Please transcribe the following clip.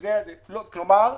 כלומר,